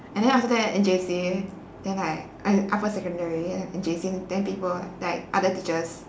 and then after that in J_C then I I upper secondary in J_C then people like other teachers